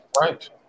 Right